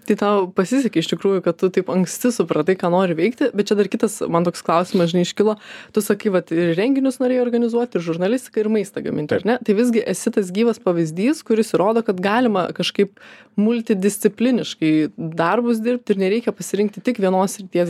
tai tau pasisekė iš tikrųjų kad tu taip anksti supratai ką nori veikti bet čia dar kitas man toks klausimas žinai iškilo tu sakai vat ir renginius norėjai organizuot ir žurnalistiką ir maistą gamint ar ne tai visgi esi tas gyvas pavyzdys kuris rodo kad galima kažkaip multidiscipliniškai darbus dirbt ir nereikia pasirinkti tik vienos srities